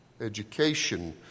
education